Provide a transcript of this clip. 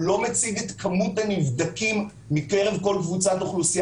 הוא לא מציג את מספר הנבדקים מקרב כל קבוצת אוכלוסייה